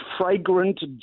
fragrant